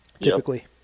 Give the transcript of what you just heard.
Typically